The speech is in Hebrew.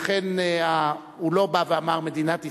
לכן הוא לא בא ואמר: מדינת ישראל,